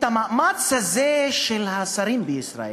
את המאמץ הזה של השרים בישראל,